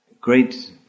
great